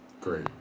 Great